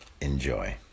Enjoy